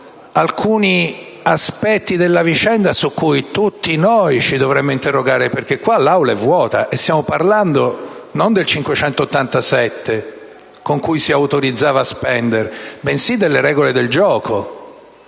riconosco, alcuni aspetti della vicenda su cui tutti noi ci dovremmo interrogare perché qua l'Aula è vuota. Non stiamo parlando dell'Atto Senato n. 587 con cui si autorizzava a spendere, bensì delle regole del gioco.